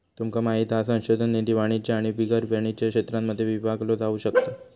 तुमका माहित हा संशोधन निधी वाणिज्य आणि बिगर वाणिज्य क्षेत्रांमध्ये विभागलो जाउ शकता